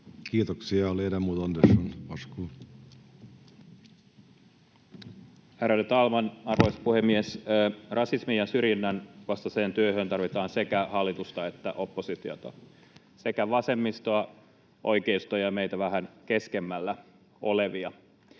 yhteiskunnassa Time: 16:05 Content: Ärade talman, arvoisa puhemies! Rasismin ja syrjinnän vastaiseen työhön tarvitaan sekä hallitusta että oppositiota sekä vasemmistoa, oikeistoa ja meitä vähän keskemmällä olevia.